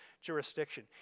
jurisdiction